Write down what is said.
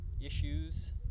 issues